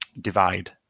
divide